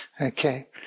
Okay